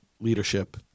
leadership